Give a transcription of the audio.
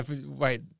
Wait